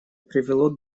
привело